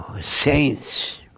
saints